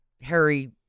harry